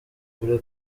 kure